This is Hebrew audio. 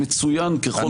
מצוין ככל שיהיה.